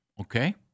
okay